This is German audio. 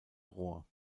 rohr